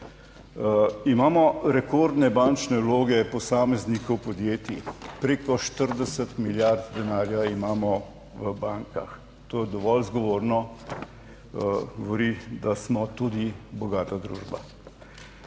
Imamo rekordne bančne vloge posameznikov, podjetij, preko 40 milijard denarja imamo v bankah; to dovolj zgovorno pravi, da smo tudi bogata družba.